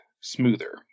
smoother